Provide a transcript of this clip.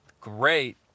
great